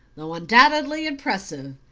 though undoubtedly impressive,